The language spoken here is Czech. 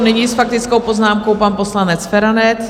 Nyní s faktickou poznámkou pan poslanec Feranec.